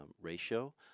ratio